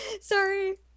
Sorry